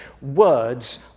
words